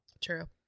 True